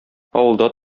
авылда